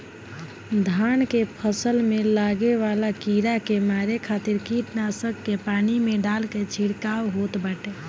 धान के फसल में लागे वाला कीड़ा के मारे खातिर कीटनाशक के पानी में डाल के छिड़काव होत बाटे